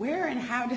where and how to